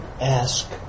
ask